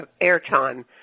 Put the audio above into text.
airtime